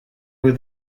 were